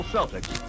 Celtics